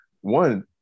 one